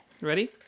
Ready